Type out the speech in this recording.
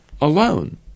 alone